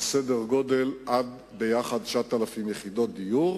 סך-הכול ביחד בסדר-גודל של 9,000 יחידות דיור,